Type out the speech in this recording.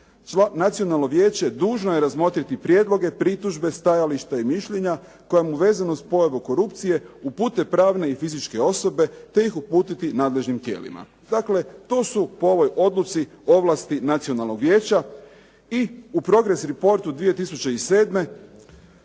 Nacionalno vijeće dužno je razmotriti prijedloge, pritužbe, stajališta i mišljenja koja mu vezano uz pojavu korupcije upute pravne i fizičke osobe te ih uputiti nadležnim tijelima." Dakle, to su po ovoj odluci ovlasti Nacionalnog vijeća. I u progress reportu 2007.